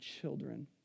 children